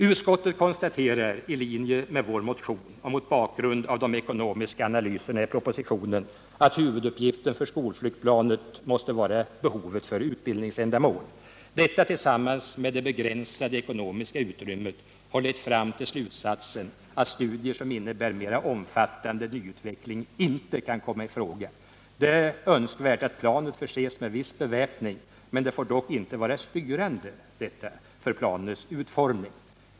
Utskottet konstaterar i linje med vår motion och mot bakgrund av de ekonomiska analyserna i propositionen att huvuduppgiften för skolflygplanet måste vara behovet för utbildningsändamål. Detta tillsammans med det begränsade ekonomiska utrymmet har lett fram till slutsatsen att studier som innebär mera omfattande nyutveckling inte kan komma i fråga. Det är önskvärt att planet förses med viss beväpning, men detta får inte vara styrande för planets utformning.